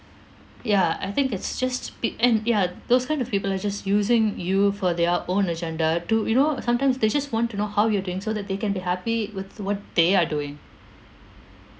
ya I think it's just ya those kind of people are just using you for their own agenda to you know sometimes they just want to know how you're doing so that they can be happy with what they are doing